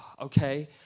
okay